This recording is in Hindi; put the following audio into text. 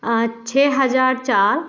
छः हज़ार चार